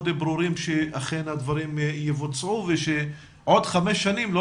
ברורים שאכן הדברים יבוצעו ושבעוד חמש שנים לא